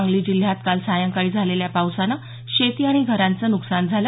सांगली जिल्ह्यात काल सायंकाळी झालेल्या पावसानं शेती आणि घरांचं नुकसान झालं